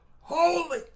holy